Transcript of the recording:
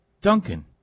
Duncan